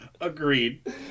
Agreed